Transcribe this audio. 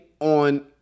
on